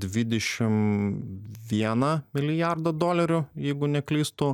dvidešim vieną milijardą dolerių jeigu neklystu